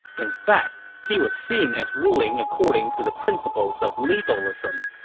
in fact, he was seen as ruling according to the principles of legalism,